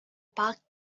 back